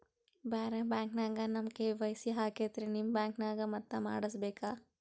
ಬ್ಯಾರೆ ಬ್ಯಾಂಕ ನ್ಯಾಗ ನಮ್ ಕೆ.ವೈ.ಸಿ ಆಗೈತ್ರಿ ನಿಮ್ ಬ್ಯಾಂಕನಾಗ ಮತ್ತ ಮಾಡಸ್ ಬೇಕ?